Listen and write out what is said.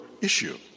issue